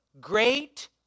great